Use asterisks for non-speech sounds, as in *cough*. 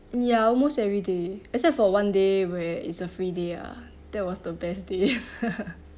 ya almost everyday except for one day where is a free day ah that was the best day *laughs*